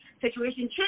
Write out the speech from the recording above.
situation